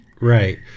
Right